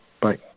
bye